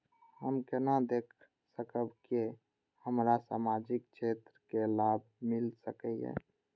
हम केना देख सकब के हमरा सामाजिक क्षेत्र के लाभ मिल सकैये?